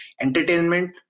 entertainment